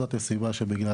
זה מה שאמרתי.